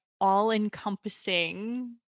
all-encompassing